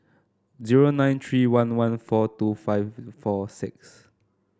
zero nine three one one four two five four six